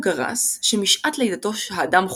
הוא גרס, שמשעת לידתו האדם חוטא,